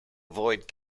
avoid